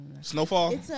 Snowfall